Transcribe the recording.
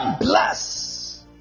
bless